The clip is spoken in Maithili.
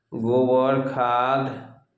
गोबर खाद